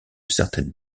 certaines